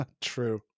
True